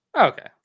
Okay